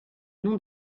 nom